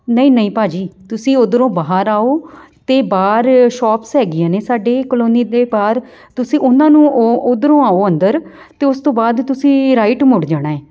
ਨਹੀਂ ਨਹੀਂ ਭਾਅ ਜੀ ਤੁਸੀਂ ਉੱਧਰੋਂ ਬਾਹਰ ਆਓ ਅਤੇ ਬਾਹਰ ਸ਼ੋਪਸ ਹੈਗੀਆਂ ਨੇ ਸਾਡੇ ਕਲੋਨੀ ਦੇ ਬਾਹਰ ਤੁਸੀਂ ਉਹਨਾਂ ਨੂੰ ਉਹ ਉੱਧਰੋਂ ਆਓ ਅੰਦਰ ਅਤੇ ਉਸ ਤੋਂ ਬਾਅਦ ਤੁਸੀਂ ਰਾਈਟ ਮੁੜ ਜਾਣਾ ਹੈ